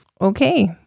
Okay